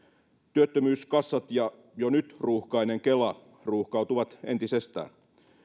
työttömyyskassat ja jo nyt ruuhkainen kela ruuhkautuvat entisestään